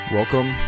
Welcome